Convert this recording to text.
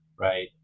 right